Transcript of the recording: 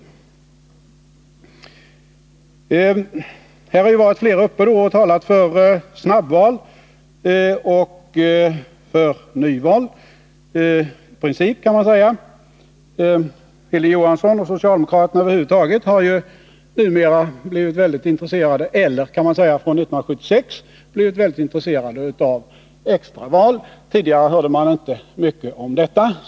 Flera har varit uppe och talat för snabbval och för nyval. Hilding Johansson och socialdemokraterna över huvud taget är ju numera väldigt intresserade — det kan man säga att de har varit alltsedan 1976 — av extraval. Tidigare hörde man inte mycket om detta.